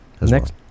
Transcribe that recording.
Next